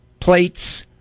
plates